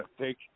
take